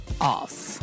off